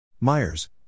Myers